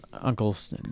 uncle's